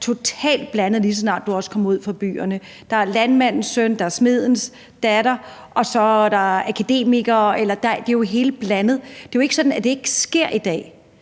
totalt blandet, lige så snart man kommer uden for byerne. Der er landmandens søn, der er smedens datter, og så er der er børn af akademikere – det hele er jo blandet. Det er jo ikke sådan, at det ikke sker i dag.